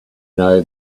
know